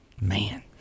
Man